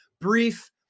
brief